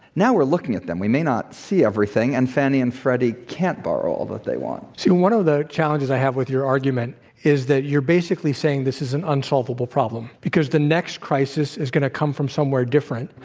now we're looking at them. we may not see everything, and fannie and freddie can't borrow all that they want. see, one of the challenges i have with your argument is that you're basically saying that this is an unsolvable problem, because the next crisis is going to come from somewhere different.